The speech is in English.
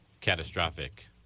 catastrophic